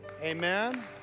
Amen